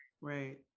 Right